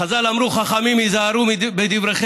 חז"ל אמרו: חכמים, היזהרו בדברכם,